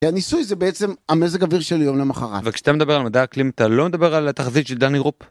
הניסוי זה בעצם המזג האוויר של יום למחרת. וכשאתה מדבר על מדעי אקלים, אתה לא מדבר על תחזית של דני רופ?